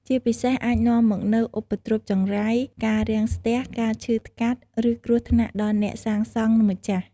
ជាពិសេសអាចនាំមកនូវឧបទ្រពចង្រៃ ការរាំងស្ទះ ការឈឺថ្កាត់ ឬគ្រោះថ្នាក់ដល់អ្នកសាងសង់ និងម្ចាស់។